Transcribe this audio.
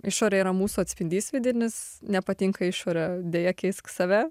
išorė yra mūsų atspindys vidinis nepatinka išorė deja keisk save